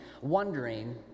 wondering